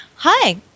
Hi